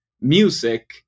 music